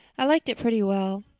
i liked it pretty well.